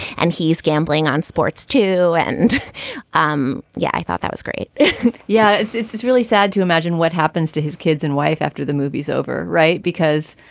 and he's gambling on sports, too. and um yeah, i thought that was great yeah, it's it's it's really sad to imagine what happens to his kids and wife after the movie's over. right. because.